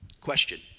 Question